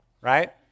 right